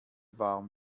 warm